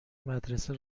مدرسه